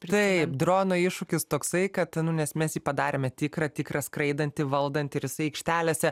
taip drono iššūkis toksai kad nes mes jį padarėme tikrą tikrą skraidantį valdantį ir jisai aikštelėse